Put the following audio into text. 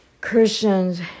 Christians